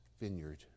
vineyard